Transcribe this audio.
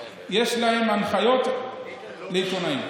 יש להם הנחיות לעיתונאים.